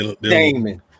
Damon